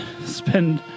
spend